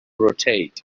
rotate